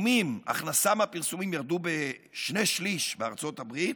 ההכנסה מהפרסומים ירדה בשני-שלישים בארצות הברית,